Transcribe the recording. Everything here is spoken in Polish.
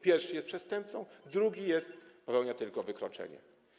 Pierwszy jest przestępcą, drugi popełnia tylko wykroczenie.